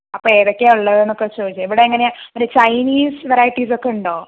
അപ്പൊ ഏതൊക്കെയാ ഉള്ളതെന്നൊക്കെ ചോദിച്ചേ ഇവിടെങ്ങനെയാ മറ്റേ ചൈനീസ് വെറൈറ്റീസൊക്കെയുണ്ടോ